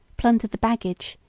plundered the baggage,